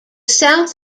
south